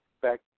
Back